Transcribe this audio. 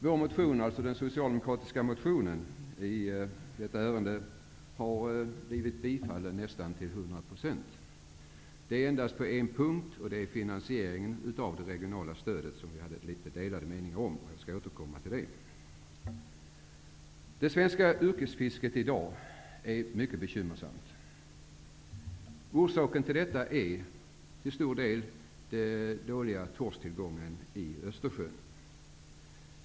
Den socialdemokratiska motionen i detta ärende har tillstyrkts till nästan hundra procent. Endast på en punkt, finansieringen av det regionala stödet, hade vi litet delade meningar. Jag skall återkomma till detta. Det svenska yrkesfisket i dag är mycket bekymmersamt. Orsaken är till stor del den dåliga torsktillgången i Östersjön.